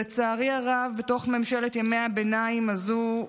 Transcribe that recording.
לצערי הרב, מתוך ממשלת ימי הביניים הזאת,